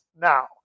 now